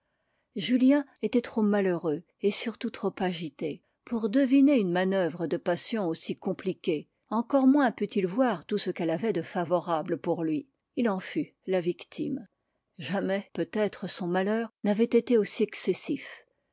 julien était trop malheureux et surtout trop agité pour deviner une manoeuvre de passion aussi compliquée encore moins put-il voir tout ce qu'elle avait de favorable pour lui il en fut la victime jamais peut-être son malheur n'avait été aussi excessif